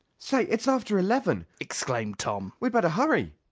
say, it's after eleven! exclaimed tom. we'd better hurry!